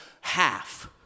Half